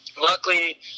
Luckily